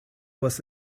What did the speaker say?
was